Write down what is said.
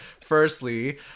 firstly